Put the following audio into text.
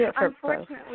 unfortunately